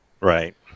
right